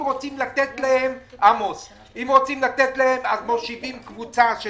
אם רוצים לתת להם אז מושיבים קבוצה של